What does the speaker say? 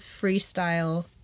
freestyle